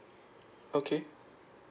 okay